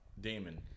Damon